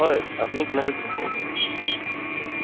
হয় আপুনি কোনে কৈছিলে